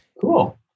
Cool